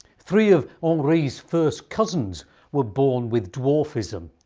three of henri's first cousins were born with dwarfism,